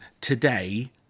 today